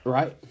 Right